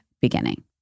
beginning